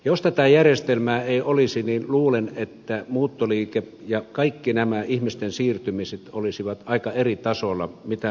jos tätä järjestelmää ei olisi niin luulen että muuttoliike ja kaikki nämä ihmisten siirtymiset olisivat aika eri tasolla mitä ne ovat tänä päivänä